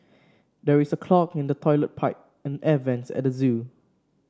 there is a clog in the toilet pipe and the air vents at zoo